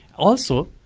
also,